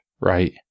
right